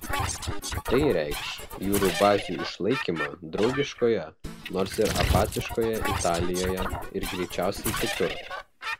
tai reikš jūrų bazių išlaikymą draugiškoje nors ir apatiškoje italijoje ir greičiausiai kitur